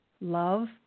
love